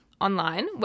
online